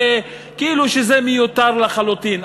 כאילו זה מיותר לחלוטין.